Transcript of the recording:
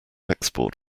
export